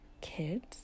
kids